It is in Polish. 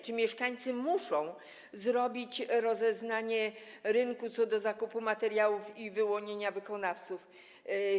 Czy mieszkańcy muszą zrobić rozeznanie rynku co do zakupu materiałów i wyłonienia wykonawców?